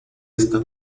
esta